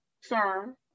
Sir